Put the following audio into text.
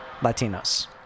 Latinos